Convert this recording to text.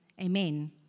Amen